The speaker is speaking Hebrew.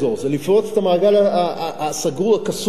לפרוץ את המעגל הקסום הזה,